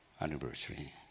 anniversary